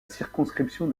circonscription